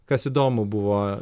kas įdomu buvo